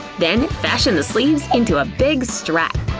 then fashion the sleeves into a big strap.